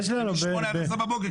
למה?